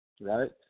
right